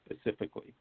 specifically